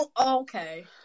okay